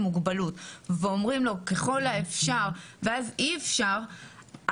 מוגבלות ואומרים לו ככל האפשר ואז אי אפשר,